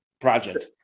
project